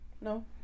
no